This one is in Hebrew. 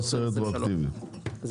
התקשורת, תציג לנו את העניין.